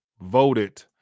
voted